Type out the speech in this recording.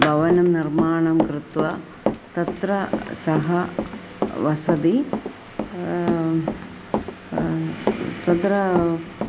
भवनं निर्माणं कृत्वा तत्र सः वसति तत्र